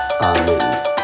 Amen